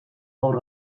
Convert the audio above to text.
gaur